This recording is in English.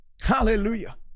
Hallelujah